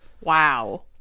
Wow